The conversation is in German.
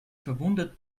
verwundert